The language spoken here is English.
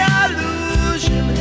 illusion